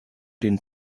den